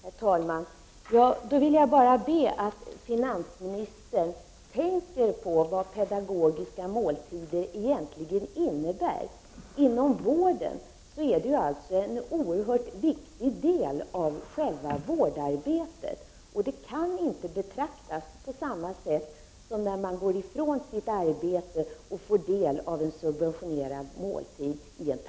Herr talman! Jag vill då bara be att finansministern tänker på vad pedagogiska måltider egentligen innebär. De är en oerhört viktig del av själva vårdarbetet, och de kan inte betraktas på samma sätt som subventionerade måltider vilka intas i en personalmatsal och för vilka man får lämna sitt arbete.